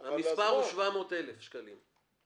אבל --- המספר הוא 700,000 שקלים,